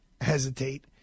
hesitate